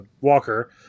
Walker